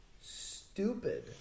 stupid